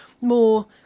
more